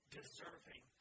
deserving